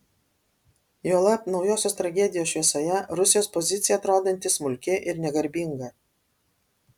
juolab naujosios tragedijos šviesoje rusijos pozicija atrodanti smulki ir negarbinga